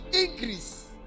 increase